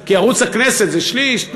כי ערוץ הכנסת זה שליש,